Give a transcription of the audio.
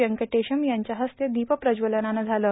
वेंकटेशम् यांच्या हस्ते दीपप्रज्वलनानं झालं